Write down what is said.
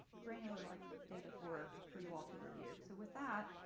granular like data for for you all to review. so with that